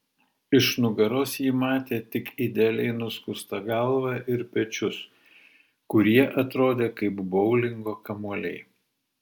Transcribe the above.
iš nugaros ji matė tik idealiai nuskustą galvą ir pečius kurie atrodė kaip boulingo kamuoliai